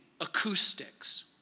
acoustics